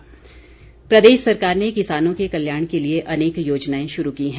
योजनाएं प्रदेश सरकार ने किसानों के कल्याण के लिए अनेक योजनाएं शुरू की हैं